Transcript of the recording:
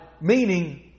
Meaning